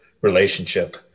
relationship